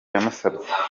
yamusabye